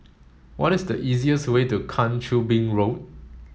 what is the easiest way to Kang Choo Bin Road